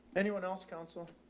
anyone else? counsel,